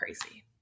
crazy